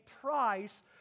price